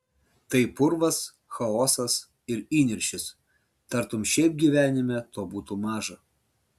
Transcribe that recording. tai purvas chaosas ir įniršis tartum šiaip gyvenime to būtų maža